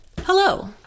Hello